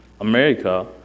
America